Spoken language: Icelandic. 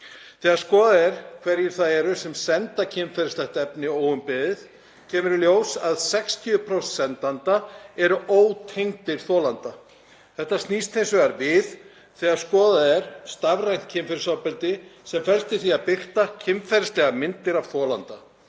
Þegar skoðað er hverjir það eru sem senda kynferðislegt efni óumbeðið kemur í ljós að 60% sendenda eru ótengd þolanda. Þetta snýst hins vegar við þegar skoðað er stafrænt kynferðisofbeldi sem felst í því að birta kynferðislegar myndir af þolanda.